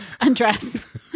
undress